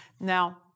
Now